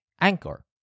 Anchor